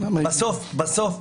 בסוף-בסוף,